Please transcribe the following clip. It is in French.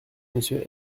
monsieur